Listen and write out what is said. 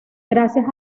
gracias